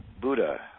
Buddha